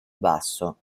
basso